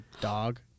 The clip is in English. dog